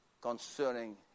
concerning